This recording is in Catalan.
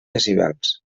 decibels